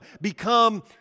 become